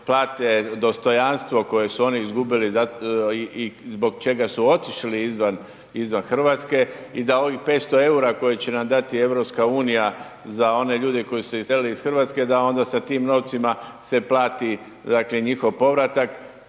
plate dostojanstvo koje su oni izgubili i zbog čega su otišli izvan, izvan RH i da ovih 500,00 EUR-a koje će nam dati EU za one ljude koji su iselili iz RH da onda sa tim novcima se plati, dakle njihov povratak,